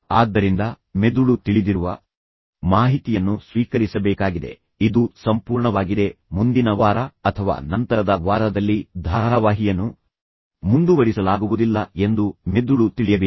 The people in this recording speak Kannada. ಆದ್ದರಿಂದ ಮೆದುಳು ತಿಳಿದಿರುವ ಮಾಹಿತಿಯನ್ನು ಸ್ವೀಕರಿಸಬೇಕಾಗಿದೆ ಇದು ಸಂಪೂರ್ಣವಾಗಿದೆ ಮುಂದಿನ ವಾರ ಅಥವಾ ನಂತರದ ವಾರದಲ್ಲಿ ಧಾರಾವಾಹಿಯನ್ನು ಮುಂದುವರಿಸಲಾಗುವುದಿಲ್ಲ ಎಂದು ಮೆದುಳು ತಿಳಿಯಬೇಕು